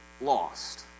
lost